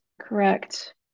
Correct